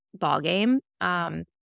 ballgame